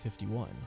51